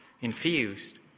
infused